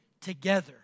together